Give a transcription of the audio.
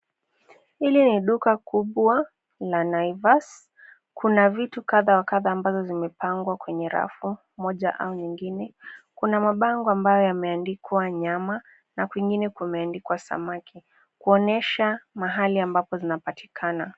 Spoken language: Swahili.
Hili ni duka kubwa la Naivas. Kuna vitu kadhaa wa kadhaa ambazo zimepangwa kwenye rafu moja au nyingine. Kuna mabango ambayo yameandikwa nyama na kwingine kumeandikwa samaki kuonyesha mahali ambapo zinapatikana.